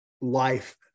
life